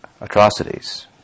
atrocities